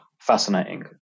fascinating